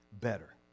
better